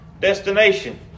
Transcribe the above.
destination